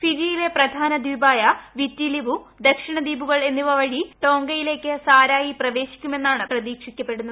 ഫിജിയിലെ പ്രധാന ദ്വീപായ Viti Levu ദക്ഷിണ ദ്വീപുകൾ എന്നിവ വഴി ടോങ്കയിലേക്ക് ്സാരായി പ്രവേശിക്കുമെന്നാണ് പ്രതീക്ഷിക്കപ്പെടുന്നത്